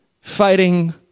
fighting